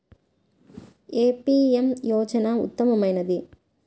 ఏ PM యోజన ఉత్తమమైనది?